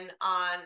on